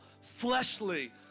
fleshly